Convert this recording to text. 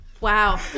Wow